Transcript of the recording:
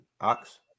Ox